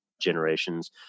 generations